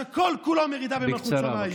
שכל-כולו מרידה במלכות שמיים.